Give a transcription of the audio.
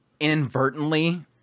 inadvertently